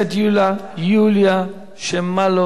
יוליה שמאלוב-ברקוביץ,